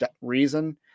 reason